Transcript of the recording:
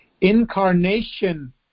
incarnation